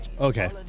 Okay